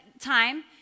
time